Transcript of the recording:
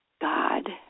God